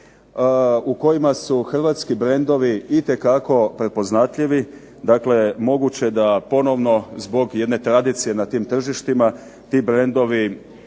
u kojima su hrvatski brendovi itekako prepoznatljivi. Dakle, moguće da ponovno zbog jedne tradicije na tim tržištima ti brendovi